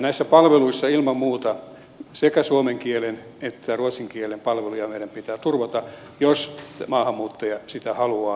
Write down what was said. näissä palveluissa ilman muuta sekä suomen kielen että ruotsin kielen palveluja meidän pitää turvata jos maahanmuuttaja sitä haluaa